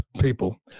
people